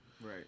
Right